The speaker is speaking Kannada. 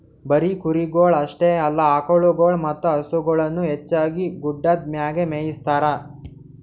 ಬರೀ ಕುರಿಗೊಳ್ ಅಷ್ಟೆ ಅಲ್ಲಾ ಆಕುಳಗೊಳ್ ಮತ್ತ ಹಸುಗೊಳನು ಹೆಚ್ಚಾಗಿ ಗುಡ್ಡದ್ ಮ್ಯಾಗೆ ಮೇಯಿಸ್ತಾರ